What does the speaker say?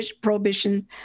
prohibition